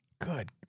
Good